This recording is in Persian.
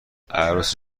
عروس